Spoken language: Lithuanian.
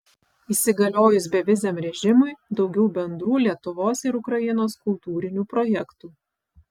įsigaliojus beviziam režimui daugiau bendrų lietuvos ir ukrainos kultūrinių projektų